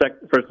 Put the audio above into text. first